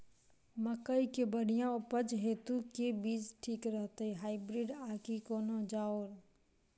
मकई केँ बढ़िया उपज हेतु केँ बीज ठीक रहतै, हाइब्रिड आ की कोनो आओर?